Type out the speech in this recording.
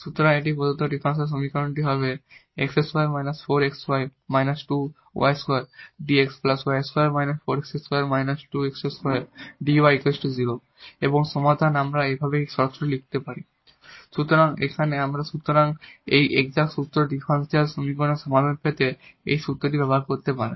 সুতরাং এটি প্রদত্ত ডিফারেনশিয়াল সমীকরণটি হবে এবং সমাধান আমরা এই ভাবে সরাসরি লিখতে পারি সুতরাং এখানে সুতরাং এই এক্সাট সূত্র ডিফারেনশিয়াল সমীকরণের সমাধান পেতে এই সূত্রটি ব্যবহার করতে পারেন